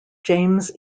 james